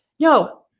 No